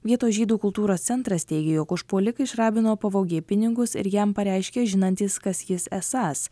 vietos žydų kultūros centras teigė jog užpuolikai iš rabino pavogė pinigus ir jam pareiškė žinantys kas jis esąs